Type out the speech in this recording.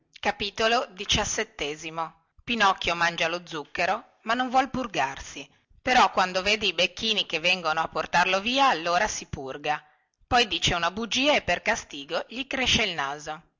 a morire pinocchio mangia lo zucchero ma non vuol purgarsi però quando vede i becchini che vengono a portarlo via allora si purga poi dice una bugia e per gastigo gli cresce il naso